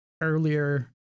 earlier